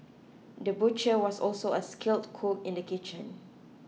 the butcher was also a skilled cook in the kitchen